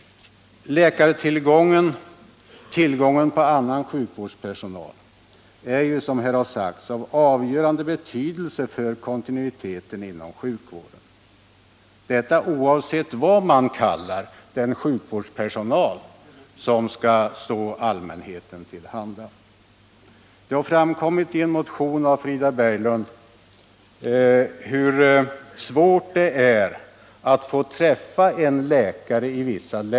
Läkartillgången och tillgången till annan sjukvårdspersonal är, som här sagts, av avgörande betydelse för kontinuiteten inom sjukvården — detta oavsett vad man kallar den sjukvårdspersonal som skall gå allmänheten till handa. Det har framkommit i en motion av Frida Berglund hur svårt det är i vissa län att få träffa en läkare.